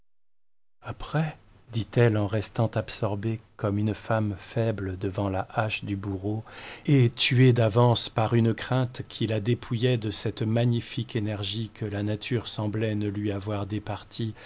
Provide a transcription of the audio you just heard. après dit-elle en restant absorbée comme une femme faible devant la hache du bourreau et tuée d'avance par une crainte qui la dépouillait de cette magnifique énergie que la nature semblait ne lui avoir départie